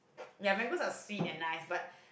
ya mangoes are sweet and nice but